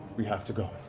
we have to go.